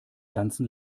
ganzen